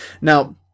Now